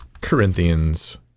Corinthians